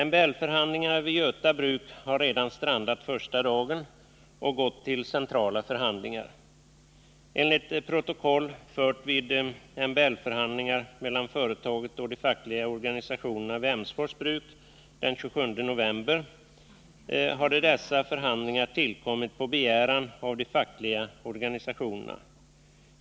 MBL-förhandlingarna vid Göta bruk har redan strandat första dagen och gått till centrala förhandlingar. Enligt protokoll fört vid MBL-förhandlingar mellan företaget och de fackliga organisationerna vid Emsfors bruk den 27 november hade dessa förhandlingar tillkommit på begäran av de fackliga organisationerna.